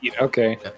Okay